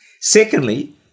Secondly